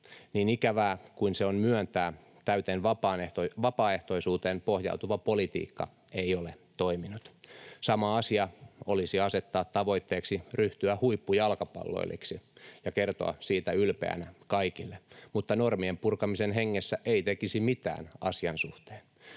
Niin ikävää kuin se on myöntää, täyteen vapaaehtoisuuteen pohjautuva politiikka ei ole toiminut. Sama asia olisi asettaa tavoitteeksi ryhtyä huippujalkapalloilijaksi ja kertoa siitä ylpeänä kaikille mutta normien purkamisen hengessä ei tekisi mitään asian suhteen.